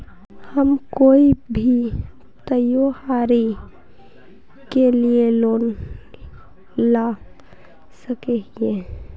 हम कोई भी त्योहारी के लिए लोन ला सके हिये?